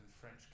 French